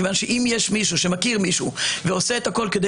מכיוון שאם יש מישהו שמכיר מישהו ועושה את הכל כדי